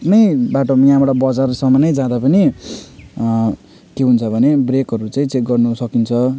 main बाटोमा यहाँबाट बजारसम्म नै जाँदा पनि के हुन्छ भने ब्रेकहरू चाहिँ चेक गर्नु सकिन्छ